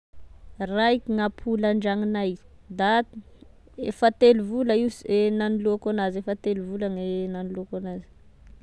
Raiky ny ampola andragnonay, da efa telovola io sy e nagnoloako anazy, efa telovola gne nagnoloako anazy.